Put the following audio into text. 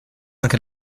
anche